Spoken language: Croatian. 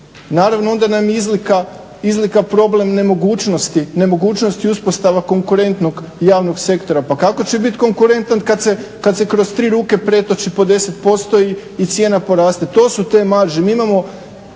naravno onda nam je izlika nemogućnosti uspostava konkurentnog javnog sektora, pa kako će biti konkurentan kada se kroz tri ruke pretoči po 10% i cijena poraste. To su te marže, te kriminalne